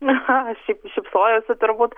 šypsojausi turbūt